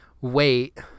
wait